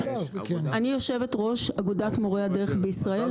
אני יושבת ראש אגודת מורי הדרך בישראל,